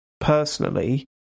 personally